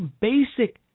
basic